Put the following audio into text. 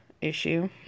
issue